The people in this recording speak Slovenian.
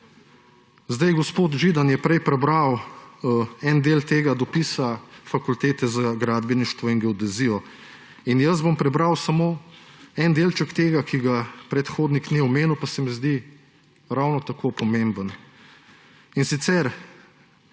Gospod Židan je prej prebral en del tega dopisa Fakultete za gradbeništvo in geodezijo in jaz bom prebral samo en delček tega, ki ga predhodnik ni omenil, pa se mi zdi ravno tako pomemben.